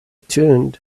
tuned